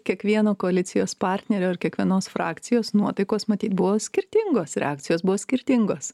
kiekvieno koalicijos partnerio ir kiekvienos frakcijos nuotaikos matyt buvo skirtingos reakcijos buvo skirtingos